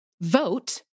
vote